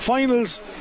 Finals